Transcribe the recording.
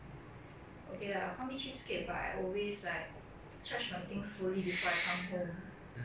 cause I'm paying so much money you know and like 如果他们没有 decrease the sem fees right